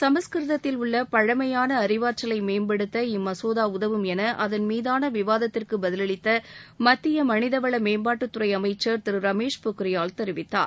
சமஸ்கிருதத்தில் உள்ள பழமையான அறிவாற்றலை மேம்படுத்த இம் மசோதா உதவும் என அதன் மீதான விவாதத்திற்கு பதில் அளித்த மத்திய மனிதவள மேம்பாட்டுத்துறை அமைச்சர் திரு ரமேஷ் பொக்ரியால் தெரிவித்தார்